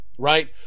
Right